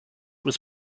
was